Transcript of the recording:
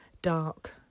dark